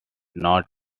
not